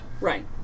Right